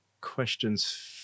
questions